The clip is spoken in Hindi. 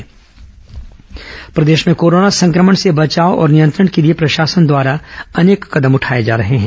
कोरोना समाचार जागरूकता प्रदेश में कोरोना संक्रमण से बचाव और नियंत्रण के लिए प्रशासन द्वारा अनेक कदम उठाए जा रहे हैं